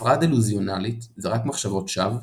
הפרעה דלוזיונלית זה רק מחשבות שווא,